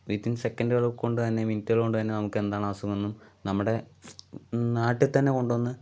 within സെക്കൻഡുകൾ കൊണ്ടുതന്നെ മിനിറ്റുകൾ കൊണ്ടുതന്നെ നമുക്കെന്താണ് അസുഖം എന്നും നമ്മുടെ നാട്ടിൽത്തന്നെ കൊണ്ടുവന്ന്